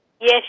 Yes